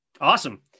Awesome